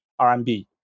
RMB